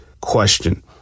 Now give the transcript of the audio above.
question